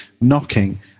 knocking